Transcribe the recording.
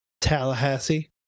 Tallahassee